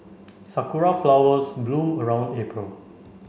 Sakura flowers bloom around April